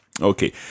Okay